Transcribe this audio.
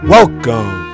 Welcome